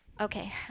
Okay